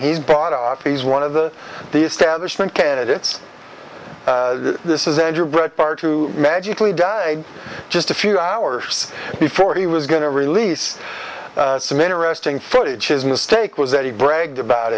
he's bought off he's one of the the establishment candidates this is andrew breitbart to magically died just a few hours before he was going to release some interesting footage his mistake was that he bragged about